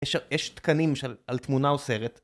יש תקנים על תמונה או סרט.